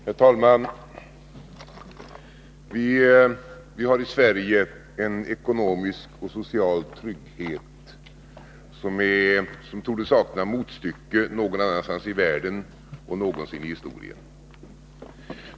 Herr talman! Vi har i Sverige en ekonomisk och social trygghet som torde sakna motstycke någon annanstans i världen och någonsin i historien.